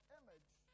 image